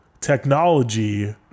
technology